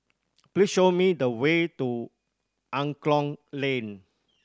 please show me the way to Angklong Lane